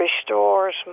restores